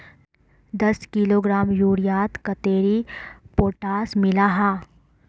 दस किलोग्राम यूरियात कतेरी पोटास मिला हाँ?